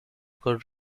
could